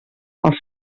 els